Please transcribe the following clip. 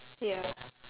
ya